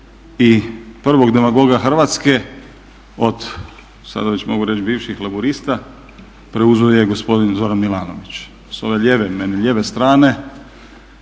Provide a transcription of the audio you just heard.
i prvog demagoga Hrvatske od sada već mogu reći bivših Laburista preuzeo je gospodin Zoran Milanović. S ove lijeve, meni lijeve strane,